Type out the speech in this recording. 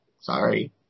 Sorry